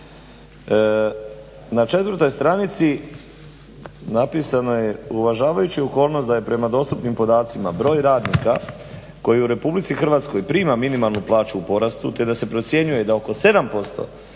na 4. stranici napisano je: "Uvažavajući okolnost da je prema dostupnim podacima broj radnika koji u Republici Hrvatskoj prima minimalnu plaću u porastu, te da se procjenjuje da oko 7%